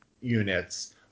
units